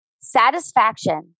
Satisfaction